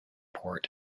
port